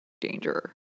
danger